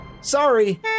Sorry